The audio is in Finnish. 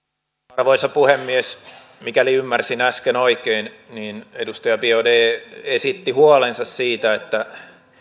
arvoisa puhemies mikäli ymmärsin äsken oikein niin edustaja biaudet esitti huolensa siitä että